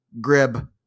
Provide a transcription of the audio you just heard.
Grib